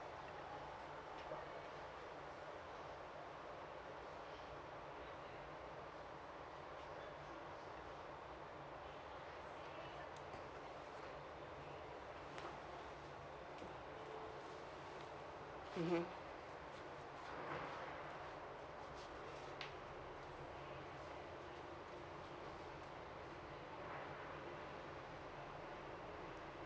mmhmm